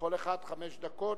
כל אחד חמש דקות.